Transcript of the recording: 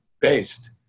based